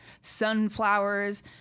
sunflowers